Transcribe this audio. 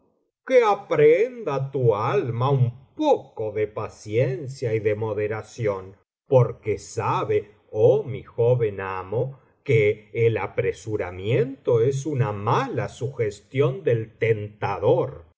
que aprenda tu alma un poco de paciencia y de moderación porque sabe olí mi joven g mo que el apresuramiento es una mala sugestión del tentador